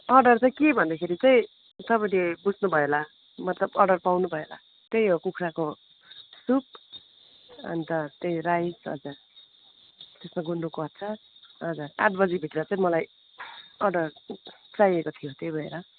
order चाहिँ के भन्दाखेरि चाहिँ तपाईँले बुझ्नुभयो होला मतलब अर्डर पाउनुभयो होला त्यही हो कुखुराको सुप अन्त त्यही रायो हजुर त्यसमा गुन्द्रुकको अचार हजुर आठ बजीभित्र चाहिँ मलाई अर्डर चाहिएको थियो त्यही भएर